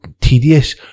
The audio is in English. tedious